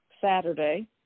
Saturday